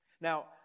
Now